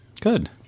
Good